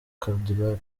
cadillac